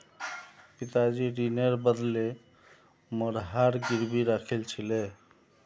पिताजी ऋनेर बदले मोर हार गिरवी राखिल छिले